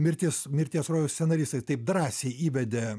mirtis mirties rojaus scenaristai taip drąsiai įvedė